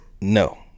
No